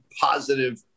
positive